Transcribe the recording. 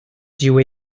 dyw